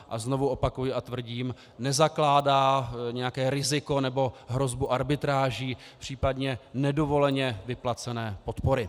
A znovu opakuji a tvrdím, že nezakládá nějaké riziko nebo hrozbu arbitráží, případně nedovoleně vyplacené podpory.